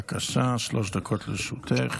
בבקשה, שלוש דקות לרשותך.